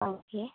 ആ ഓക്കെ